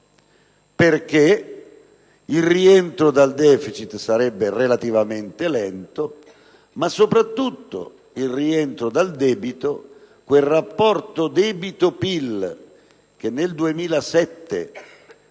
perché il rientro dal deficit sarebbe relativamente lento ma, soprattutto, perché il rientro dal debito, quel rapporto tra debito e PIL che nel 2007 era